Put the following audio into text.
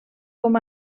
com